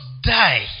die